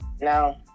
No